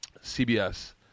CBS